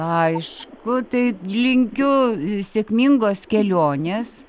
aišku tai linkiu sėkmingos kelionės